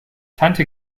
tante